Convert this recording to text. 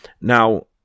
Now